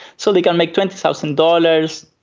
so they can make twenty thousand dollars,